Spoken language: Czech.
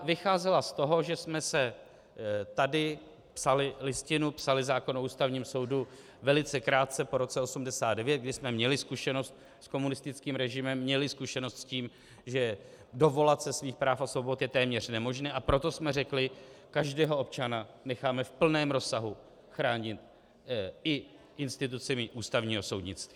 Vycházela z toho, že jsme tady psali Listinu, psali zákon o Ústavním soudu velice krátce po roce 1989, kdy jsme měli zkušenost s komunistickým režimem, měli zkušenost s tím, že dovolat se svých práv a svobod je téměř nemožné, a proto jsme řekli, každého občana necháme v plném rozsahu chránit i institucemi ústavního soudnictví.